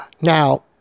Now